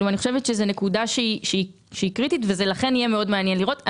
אני חושבת שזו נקודה שהיא קריטית ולכן יהיה מאוד מעניין לראות.